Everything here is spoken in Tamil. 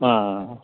ஆ ஆ